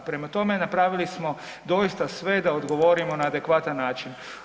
Prema tome, napravili smo doista sve da odgovorimo na adekvatan način.